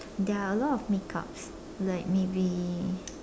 there are a lot of makeups like maybe